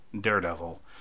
Daredevil